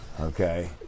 Okay